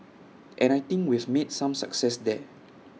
and I think we've made some success there